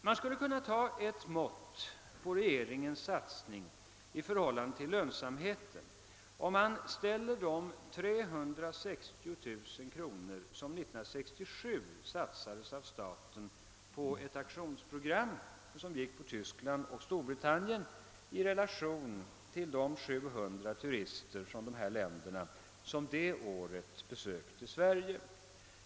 Man kan ta ett mått på regeringens satsning i förhållande till lönsamheten, om man ställer de 360 000 kronor som år 1967 satsades av staten på ett aktionsprogram, riktat till Tyskland och Storbritannien, i relation till de turister från dessa länder som detta år besökte Sverige.